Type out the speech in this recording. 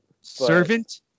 Servant